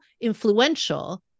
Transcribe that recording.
influential